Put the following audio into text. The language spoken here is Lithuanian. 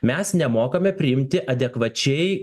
mes nemokame priimti adekvačiai